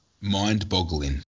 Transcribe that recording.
mind-boggling